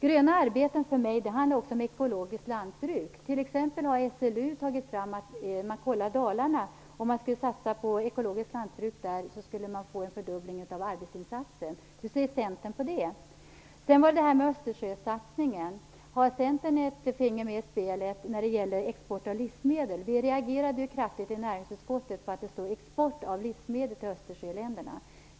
Gröna arbeten handlar för mig också om ekologiskt lantbruk. SLU har t.ex. kollat Dalarna och kommit fram till att man, om man skulle satsa på ekologiskt lantbruk där, skulle få en fördubbling av arbetsinsatsen. Vad säger Centern om det? Det talas också om Östersjösatsningen. Har Centern ett finger med i spelet när det gäller export av livsmedel? Vi regerade kraftigt i näringsutskottet på att det står "export av livsmedel till Östersjöländerna".